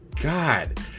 God